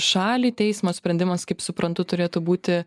šalį teismo sprendimas kaip suprantu turėtų būti